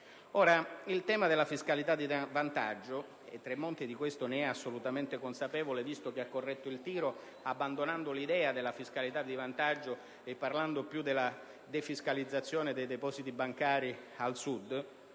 Il tema della fiscalità di vantaggio (di questo il ministro Tremonti è assolutamente consapevole, visto che ha corretto il tiro abbandonando l'idea della fiscalità di vantaggio e parlando piuttosto della defiscalizzazione dei depositi bancari al Sud,